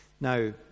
Now